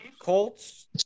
Colts